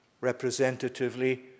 representatively